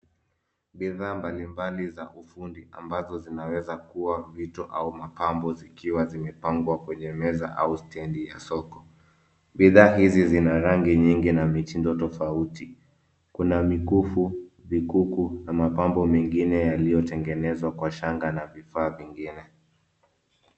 Bidhaa mbalimbali za ufundi ambazo zinaweza kuwa vitu au mapambo zikiwa zimepangwa kwenye meza au stendi ya soko. Bidhaa hizi zina rangi nyingi na mitindo tofauti. Kuna mikufu, vikuku na mapambo mengine yaliyotengenezwa kwa shangaa na vifaa vingine.